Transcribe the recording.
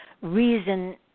reason